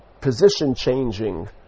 position-changing